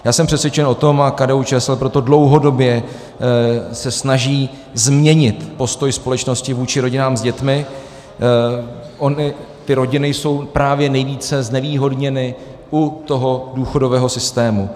Já jsem přesvědčen o tom, a KDUČSL proto dlouhodobě se snaží změnit postoj společnosti vůči rodinám s dětmi, ony ty rodiny jsou právě nejvíce znevýhodněny u toho důchodového systému.